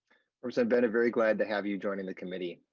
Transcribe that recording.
percent been a very glad to have you joining the committee,